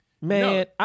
man